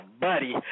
buddy